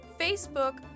Facebook